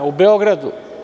U Beogradu.